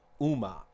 Uma